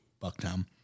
Bucktown